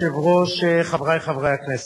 אדוני היושב-ראש, חברי חברי הכנסת,